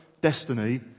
destiny